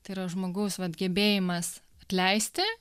tai yra žmogaus gebėjimas atleisti